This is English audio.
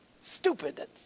stupidness